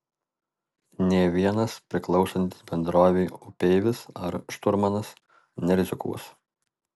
nė vienas priklausantis bendrovei upeivis ar šturmanas nerizikuos